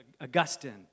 Augustine